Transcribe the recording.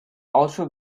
ultra